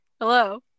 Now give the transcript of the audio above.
hello